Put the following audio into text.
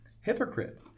Hypocrite